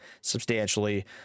substantially